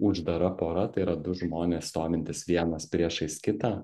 uždara pora tai yra du žmonės stovintys vienas priešais kitą